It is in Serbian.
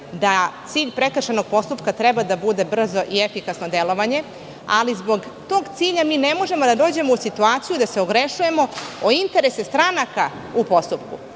da cilj prekršajnog postupak treba da bude brzo i efikasno delovanje, ali zbog tog cilja mi ne možemo da dođemo u situaciju da se ogrešujemo o interese stranaka u postupku. Hajde